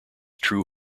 true